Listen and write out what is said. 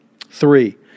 Three